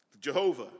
Jehovah